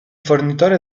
fornitore